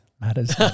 matters